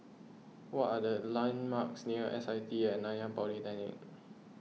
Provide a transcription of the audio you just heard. what are the landmarks near S I T at Nanyang Polytechnic